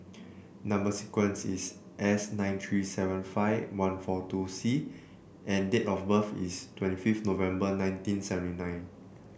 number sequence is S nine three seven five one four two C and date of birth is twenty fifth November nineteen seventy nine